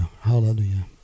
Hallelujah